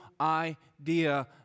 idea